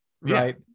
right